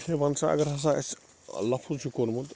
ہے ون سا اگر ہسا اسہِ لفٕظ چھُ کوٚرمُت